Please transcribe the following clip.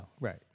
Right